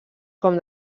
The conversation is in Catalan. com